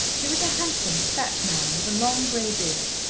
he was a handsome fat man, with a long grey beard,